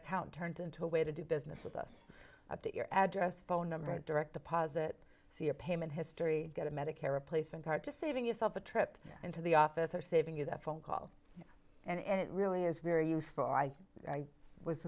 account turned into a way to do business with us update your address phone number direct deposit see your payment history get a medicare replacement card just saving yourself a trip into the office or saving you that phone call and it really is very useful i was